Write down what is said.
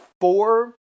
four